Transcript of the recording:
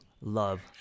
love